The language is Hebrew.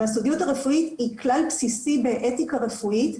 והסודיות הרפואית היא כלל בסיסי באתיקה רפואית.